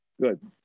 Good